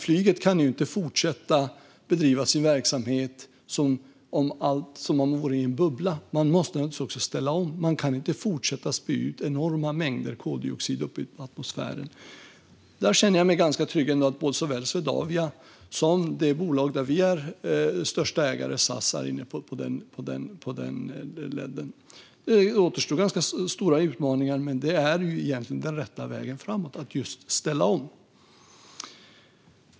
Flyget kan inte fortsätta att bedriva sin verksamhet som om man vore i en bubbla. Man måste naturligtvis också ställa om; man kan inte fortsätta att spy ut enorma mängder koldioxid i atmosfären. Jag känner mig ganska trygg med att såväl Swedavia som det bolag där vi är största ägare, SAS, är inne på den linjen. Det återstår ganska stora utmaningar, men att ställa om är den rätta vägen framåt. Fru talman!